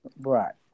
Right